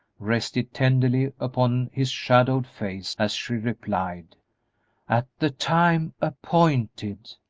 rested tenderly upon his shadowed face as she replied at the time appointed,